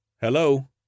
Hello